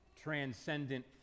transcendent